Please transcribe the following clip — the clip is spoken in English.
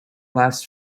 last